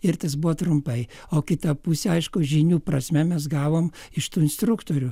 ir tas buvo trumpai o kitą pusę aišku žinių prasme mes gavome iš tų instruktorių